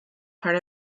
part